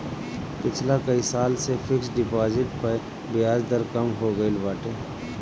पिछला कई साल से फिक्स डिपाजिट पअ बियाज दर कम हो गईल बाटे